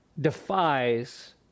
defies